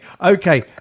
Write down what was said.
Okay